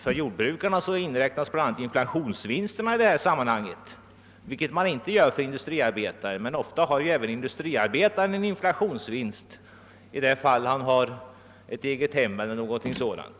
För jordbrukarna inräknas bl.a. inflationsvinster i detta sammanhang, vilket man inte gör för industriarbetarna, men ofta har ju även industriarbetare en inflationsinkomst, t.ex. om han har ett eget hem e!- ler någonting sådant.